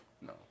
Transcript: no